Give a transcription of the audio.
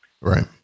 Right